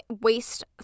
waste